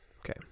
Okay